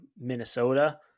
Minnesota